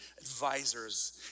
advisors